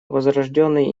возрожденный